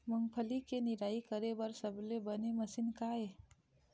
मूंगफली के निराई बर सबले बने मशीन का ये?